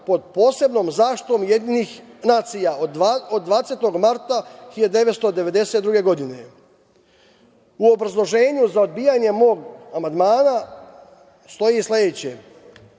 pod posebnom zaštitom Ujedinjenih nacija, od 20. marta 1992. godine".U obrazloženju za odbijanje mog amandmana stoji sledeće,